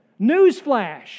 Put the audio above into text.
newsflash